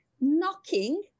knocking